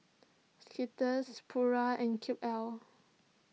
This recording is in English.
Skittles Pura and Cube L